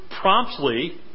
promptly